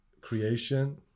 creation